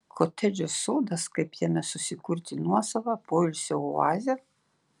kotedžo sodas kaip jame susikurti nuosavą poilsio oazę